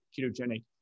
ketogenic